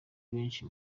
benshi